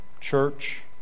church